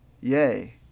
yay